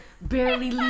barely